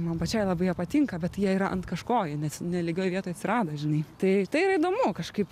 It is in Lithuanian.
man pačiai labai jie patinka bet jie yra ant kažko ne lygioj vietoj atsirado žinai tai tai yra įdomu kažkaip